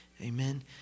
Amen